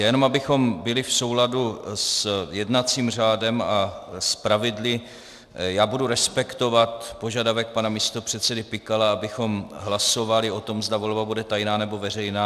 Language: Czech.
Já jenom, abychom byli v souladu s jednacím řádem a s pravidly, já budu respektovat požadavek pana místopředsedy Pikala, abychom hlasovali o tom, zda volba bude tajná, nebo veřejná.